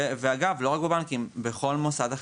דרך אגב, לא רק בבנקים אלא בכל מוסד אחר.